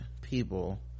people